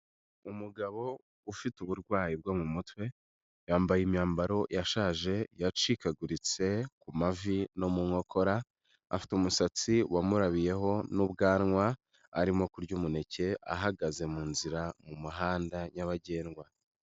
Umugabo ufite uburwayi bwo mu mutwe yambaye imyambaro yashaje yacikaguritse ku mavi no mu nkokora, afite umusatsi wamurabiyeho n'ubwanwa arimo kurya umuneke ahagaze mu nzira mu muhanda nyabagendwa.